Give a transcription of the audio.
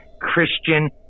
Christian